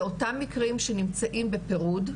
זה אותה מקרים שנמצאים בפירוד,